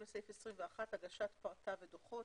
הגשת פרטה ודוחות.